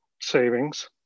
savings